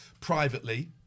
privately